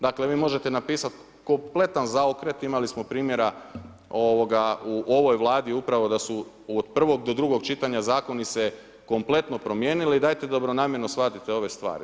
Dakle, vi možete napisati kompletan zaokret, imali smo primjera u ovoj vladi, upravo da su od prvog do drugog čitanja, zakoni se kompletno promijenili i dajte dobronamjerno shvatite ove stvari.